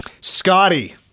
Scotty